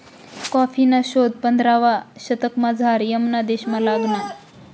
कॉफीना शोध पंधरावा शतकमझाऱ यमन देशमा लागना